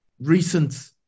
recent